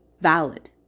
valid